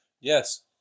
Yes